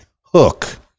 hook